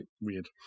weird